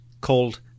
called